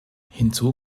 hinzu